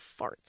farts